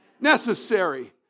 necessary